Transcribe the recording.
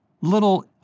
little